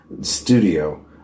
studio